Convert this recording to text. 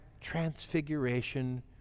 transfiguration